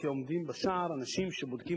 כי עומדים בשער אנשים שבודקים,